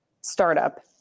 startup